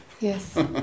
Yes